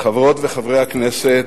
חברות וחברי הכנסת,